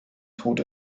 tod